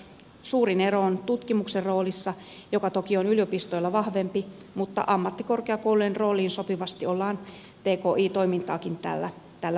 suurin ero on tutkimuksen roolissa joka toki on yliopistoilla vahvempi mutta ammattikorkeakoulujen rooliin sopivasti ollaan tki toimintaakin tällä vahvistamassa